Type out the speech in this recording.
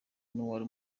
n’uwari